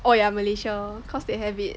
oh yeah Malaysia cause they have it